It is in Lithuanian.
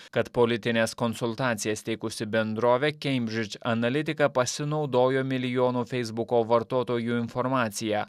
kad politines konsultacijas teikusi bendrovė keimbridž analitika pasinaudojo milijono feisbuko vartotojų informacija